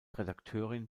redakteurin